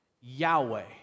Yahweh